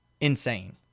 insane